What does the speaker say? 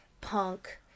punk